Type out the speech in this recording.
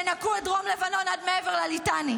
תנקו את דרום לבנון עד מעבר לליטני.